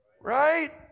Right